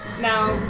now